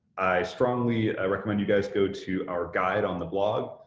i strongly recommend you guys go to our guide on the blog.